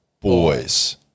boys